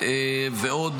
ואני רק